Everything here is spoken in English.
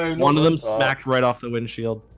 um one of them stacked right off the windshield